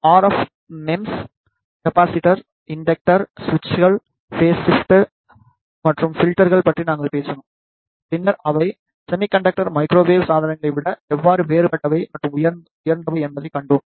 RF MEMS capacitor inductor சுவிட்சுகள் phase ஷிப்ட்கள் மற்றும் பில்ட்டர்கள் பற்றி நாங்கள் பேசினோம் பின்னர் அவை செமி கண்டக்டர் மைக்ரோவேவ் சாதனங்களை விட எவ்வாறு வேறுபட்டவை மற்றும் உயர்ந்தவை என்பதைக் கண்டோம்